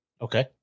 Okay